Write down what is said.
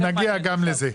אנחנו נגיע גם לזה.